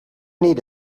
need